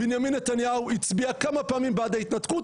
בנימין נתניהו הצביע כמה פעמים בעד ההתנתקות.